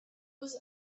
was